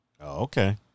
okay